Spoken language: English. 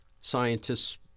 scientists